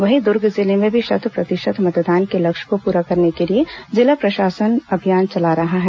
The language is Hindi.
वहीं दूर्ग जिले में भी शत प्रतिशत मतदान के लक्ष्य को पूरा करने के लिए जिला प्रशासन अभियान चला रहा है